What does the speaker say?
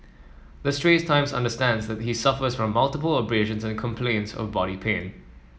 the Straits Times understands that he suffers from multiple abrasions and complains of body pain